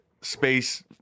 space